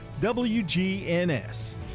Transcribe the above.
WGNS